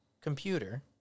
computer